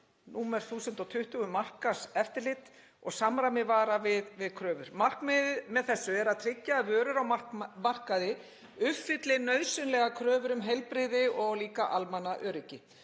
um markaðseftirlit og samræmi vara við kröfur. Markmiðið með þessu er að tryggja að vörur á markaði uppfylli nauðsynlegar kröfur um heilbrigði og líka almannaöryggi.